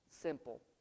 Simple